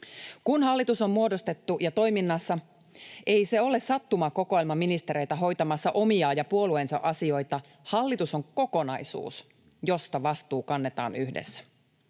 Kun hallitus on muodostettu ja toiminnassa, ei se ole sattumakokoelma ministereitä hoitamassa omia ja puolueensa asioita. Hallitus on kokonaisuus, josta vastuu kannetaan yhdessä.